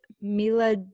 Mila